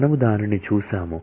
మనము దానిని చూశాము